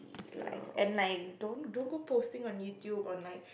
it's life and like don't don't go posting on YouTube on like